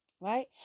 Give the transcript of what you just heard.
right